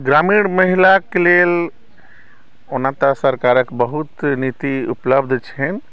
ग्रामीण महिलाके लेल ओना तऽ सरकारक बहुत नीति उपलब्ध छै